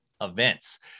events